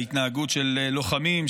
ההתנהגות של לוחמים,